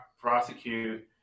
prosecute